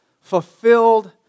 fulfilled